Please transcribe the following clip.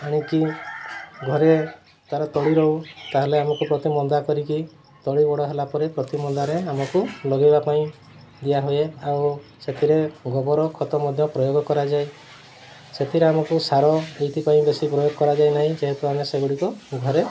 ଆଣିକି ଘରେ ତା'ର ତଳି ରୋଉ ତା'ହେଲେ ଆମକୁ ପ୍ରଥମେ ମନ୍ଦା କରିକି ତଳି ବଡ଼ ହେଲା ପରେ ପ୍ରତି ମନ୍ଦାରେ ଆମକୁ ଲଗାଇବା ପାଇଁ ଦିଆହୁଏ ଆଉ ସେଥିରେ ଗୋବର ଖତ ମଧ୍ୟ ପ୍ରୟୋଗ କରାଯାଏ ସେଥିରେ ଆମକୁ ସାର ଏଇଥିପାଇଁ ବେଶୀ ପ୍ରୟୋଗ କରାଯାଏ ନାହିଁ ଯେହେତୁ ଆମେ ସେଗୁଡ଼ିକ ଘରେ